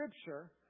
Scripture